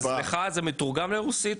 אז לך זה מתורגם לרוסית?